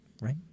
Right